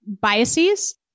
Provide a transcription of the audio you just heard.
biases